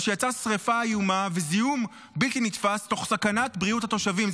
מה שיצר שרפה איומה וזיהום בלתי נתפס תוך סכנת בריאות התושבים.